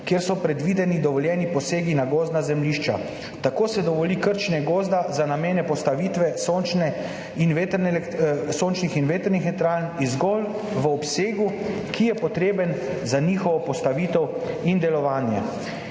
kjer so predvideni dovoljeni posegi na gozdnih zemljiščih. Tako se dovoli krčenje gozda za namene postavitve sončnih in vetrnih elektrarn in zgolj v obsegu, ki je potreben za njihovo postavitev in delovanje.